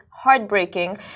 heartbreaking